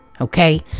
okay